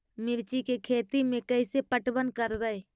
मिर्ची के खेति में कैसे पटवन करवय?